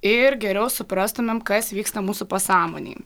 ir geriau suprastumėm kas vyksta mūsų pasąmonėj